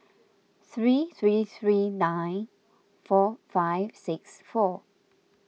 three three three nine four five six four